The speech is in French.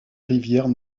rivières